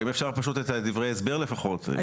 אם אפשר פשוט את דברי ההסבר לפחות.